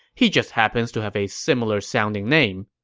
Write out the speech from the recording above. he just happens to have a similar sounding name.